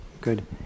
good